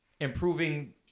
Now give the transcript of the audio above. improving